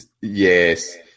Yes